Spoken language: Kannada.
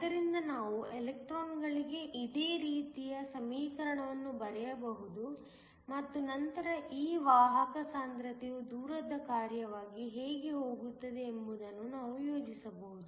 ಆದ್ದರಿಂದ ನಾವು ಎಲೆಕ್ಟ್ರಾನ್ಗಳಿಗೆ ಇದೇ ರೀತಿಯ ಸಮೀಕರಣವನ್ನು ಬರೆಯಬಹುದು ಮತ್ತು ನಂತರ ಈ ವಾಹಕ ಸಾಂದ್ರತೆಯು ದೂರದ ಕಾರ್ಯವಾಗಿ ಹೇಗೆ ಹೋಗುತ್ತದೆ ಎಂಬುದನ್ನು ನಾವು ಯೋಜಿಸಬಹುದು